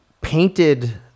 painted